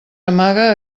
amaga